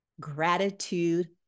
gratitude